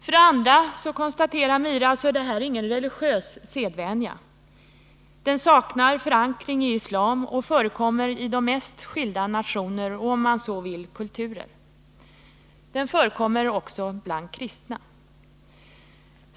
För det andra konstaterar hon att detta inte är någon religiös sedvänja. Den saknar förankring i islam och förekommer i de mest skilda nationer och, om man så vill, kulturer. Den förekommer också bland kristna.